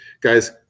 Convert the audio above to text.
guys